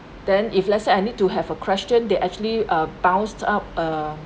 then if let's say I need to have a question they actually uh bounced up uh